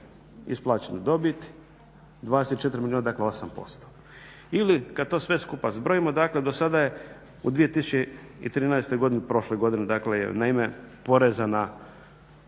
isplaćenu dobit 24 milijuna dakle 8%. Ili kada to sve skupa zbrojimo dakle do sada je u 2013. godini, prošle godine na ime poreza na